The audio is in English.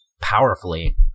powerfully